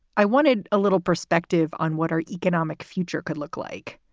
i wanted a little perspective on what our economic future could look like.